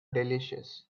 delicious